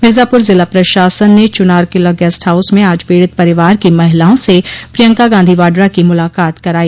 मिर्जापुर जिला प्रशासन ने चूनार किला गेस्ट हाउस में आज पीड़ित परिवार की महिलाओं से प्रियंका गांधी वाड्रा की मुलाकात कराई